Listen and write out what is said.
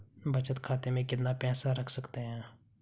बचत खाते में कितना पैसा रख सकते हैं?